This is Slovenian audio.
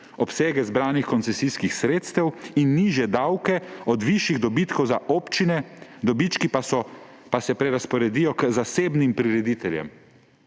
obsege zbranih koncesijskih sredstev in nižje davke od višjih dobitkov za občine, dobički pa se prerazporedijo k zasebnim prirediteljem.